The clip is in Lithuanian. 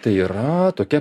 tai yra tokia